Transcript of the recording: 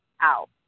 out